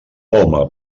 home